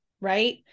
Right